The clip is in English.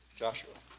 joshua?